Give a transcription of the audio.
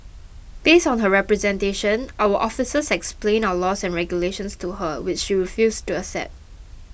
based on her representation our officers explained our laws and regulations to her which she refused to accept